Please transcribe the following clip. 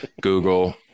Google